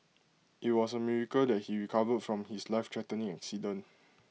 IT was A miracle that he recovered from his lifethreatening accident